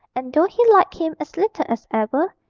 and, though he liked him as little as ever,